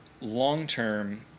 long-term